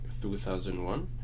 2001